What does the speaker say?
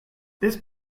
this